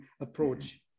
approach